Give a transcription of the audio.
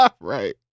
Right